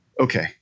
Okay